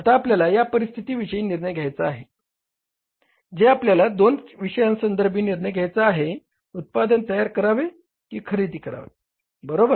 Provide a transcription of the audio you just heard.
आता आपल्याला या परिस्थितीविषयी निर्णय घ्यायचा आहे जे आपल्याला दोन विषयासंदर्भी निर्णय घ्यायचा आहे उत्पादन तयार करावे की खरेदी करावे बरोबर